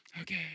Okay